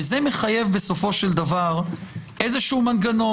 וזה מחייב בסופו של דבר איזשהו מנגנון.